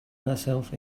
herself